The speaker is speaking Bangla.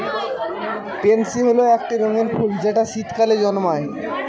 পেনসি হল একটি রঙ্গীন ফুল যেটা শীতকালে জন্মায়